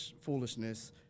foolishness